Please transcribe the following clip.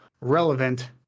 relevant